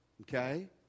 okay